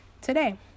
today